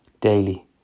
daily